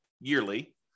yearly